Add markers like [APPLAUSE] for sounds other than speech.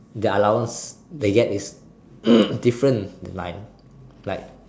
their allowance they get is [NOISE] different to mine like